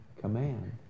command